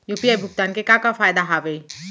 UPI भुगतान के का का फायदा हावे?